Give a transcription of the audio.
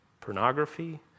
pornography